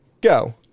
go